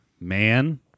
man